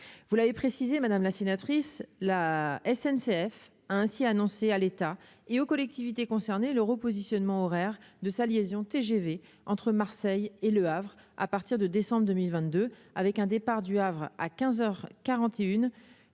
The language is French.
vous l'avez précisé, Madame la sénatrice, la SNCF a ainsi annoncé à l'État et aux collectivités concernées le repositionnement horaires de sa liaison TGV entre Marseille et Le Havre à partir de décembre 2022, avec un départ du Havre à 15